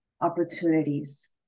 opportunities